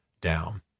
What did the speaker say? down